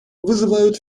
вызывают